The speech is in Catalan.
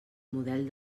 model